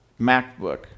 macbook